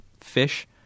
fish